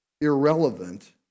irrelevant